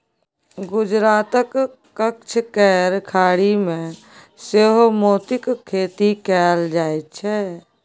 गुजरातक कच्छ केर खाड़ी मे सेहो मोतीक खेती कएल जाइत छै